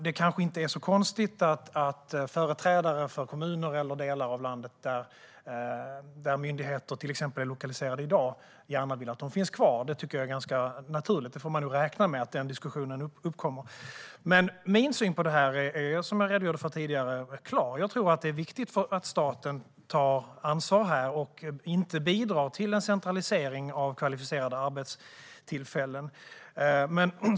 Det är kanske inte så konstigt att företrädare för kommuner eller delar av landet där myndigheter är lokaliserade i dag gärna vill att de finns kvar. Det tycker jag är ganska naturligt, och man får nog får räkna med att den diskussionen uppkommer. Min syn på detta är klar, som jag redogjorde för tidigare. Jag tror att det är viktigt att staten tar ansvar här och inte bidrar till en centralisering av kvalificerade arbetstillfällen.